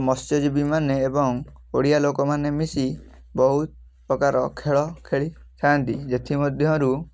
ମତ୍ସଜୀବୀ ମାନେ ଏବଂ ଓଡ଼ିଆ ଲୋକମାନେ ମିଶି ବହୁତ ପ୍ରକାର ଖେଳ ଖେଳି ଥାଆନ୍ତି ସେଥିମଧ୍ୟରୁ